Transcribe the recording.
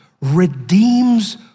redeems